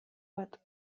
bat